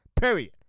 Period